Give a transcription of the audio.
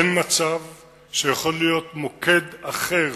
אין מצב שיכול להיות מוקד אחר